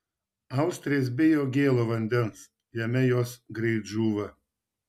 austrės bijo gėlo vandens jame jos greit žūva